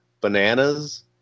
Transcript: bananas